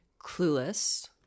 Clueless